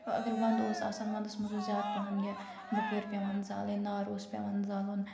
اگر وَندٕ اوس آسان وَندَس مَنٛز اوس زیادٕ پَہَم یہِ بُخٲرۍ پیٚوان زالٕنۍ نار اوس پیٚوان زالُن